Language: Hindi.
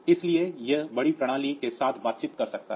इसलिए यह बड़ी प्रणाली के साथ बातचीत कर सकता है